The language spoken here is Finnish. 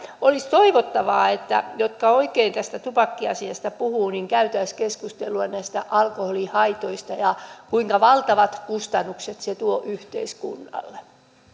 olisi toivottavaa että ne jotka oikein tästä tupakkiasiasta puhuvat kävisivät keskustelua näistä alkoholin haitoista ja siitä kuinka valtavat kustannukset ne tuovat yhteiskunnalle